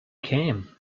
came